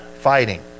fighting